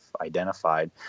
identified